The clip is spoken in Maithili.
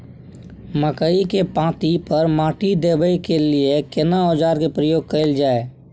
मकई के पाँति पर माटी देबै के लिए केना औजार के प्रयोग कैल जाय?